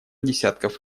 десятков